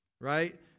right